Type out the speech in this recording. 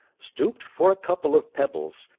stooped for a couple of pebbles,